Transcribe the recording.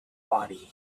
body